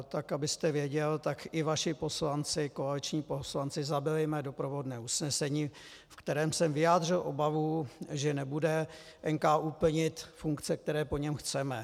Tak abyste věděl, i vaši poslanci, koaliční poslanci, zabili mé doprovodné usnesení, ve kterém jsem vyjádřil obavu, že nebude NKÚ plnit funkce, které po něm chceme.